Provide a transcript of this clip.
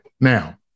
Now